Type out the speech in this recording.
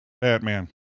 Batman